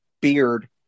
Beard